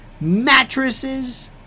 Mattresses